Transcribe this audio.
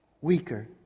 weaker